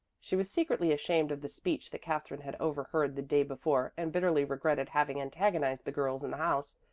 she was secretly ashamed of the speech that katherine had overheard the day before and bitterly regretted having antagonized the girls in the house,